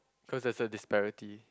cause I so disparity